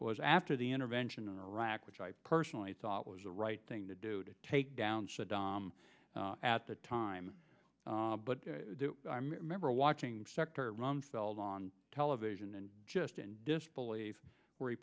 was after the intervention in iraq which i personally thought was the right thing to do to take down saddam at the time but remember watching sector rumsfeld on television and just in disbelief where he